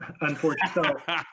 unfortunately